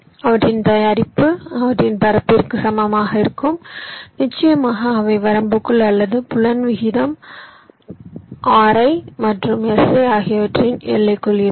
அவற்றின் தயாரிப்பு அவற்றின் பரப்பிற்கு சமமாக இருக்கும் நிச்சயமாக அவை வரம்புக்குள் அல்லது புலன் விகிதம் ri மற்றும் si ஆகியவற்றின் எல்லைக்குள் இருக்கும்